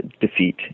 defeat